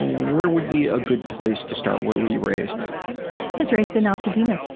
where would be a good place to start? where were you raised? i was raised in altadena